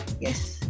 Yes